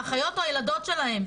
האחיות או הילדות שלהם.